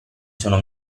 sono